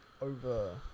over